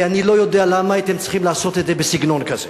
ואני לא יודע למה הייתם צריכים לעשות את זה בסגנון כזה.